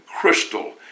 crystal